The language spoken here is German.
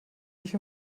dich